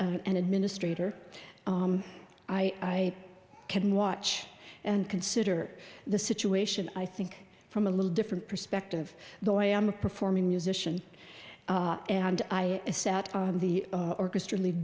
an administrator i can watch and consider the situation i think from a little different perspective though i am a performing musician and i sat in the orchestra lead